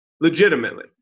legitimately